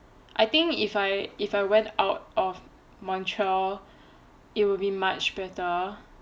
I think if I if I went out of montreal it would be much better